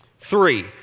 Three